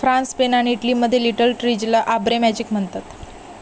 France Spain आणि इटलीमध्ये little ट्रीजला आब्रे मॅजिक म्हणतात